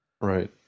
Right